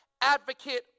advocate